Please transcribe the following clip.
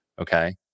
okay